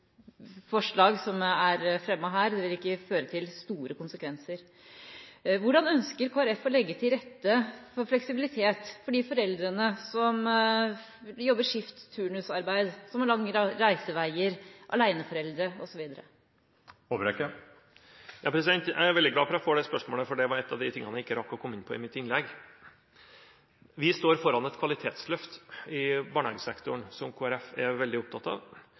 forslag om en regulering av maksimal oppholdstid for barna på 47,5 timer per uke. Nå er det kun 1,2 pst. av barna som oppholder seg mer enn 47 timer i uken i barnehagen, så forslaget som er fremmet her, vil ikke føre til store konsekvenser. Hvordan ønsker Kristelig Folkeparti å legge til rette for fleksibilitet for de foreldrene som jobber skift- og turnusarbeid, som har lang reisevei, aleneforeldre, osv.? Jeg er veldig glad for at jeg får det spørsmålet – det var en av de tingene jeg ikke